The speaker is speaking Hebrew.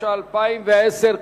התש"ע 2010,